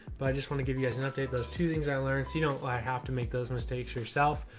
but i just want to give you guys an update. those two things i learned. so you know, i have to make those mistakes yourself.